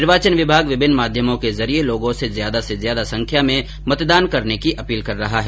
निर्वाचन विभाग विभिन्न माध्यमों के जरिए लोगों से ज्यादा से ज्यादा संख्या में मतदान करने की अपील कर रहा है